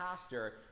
pastor